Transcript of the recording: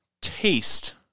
taste